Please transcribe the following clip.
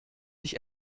ich